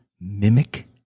mimic